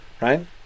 Right